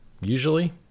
usually